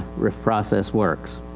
rif process works.